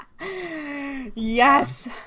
Yes